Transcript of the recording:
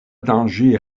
danger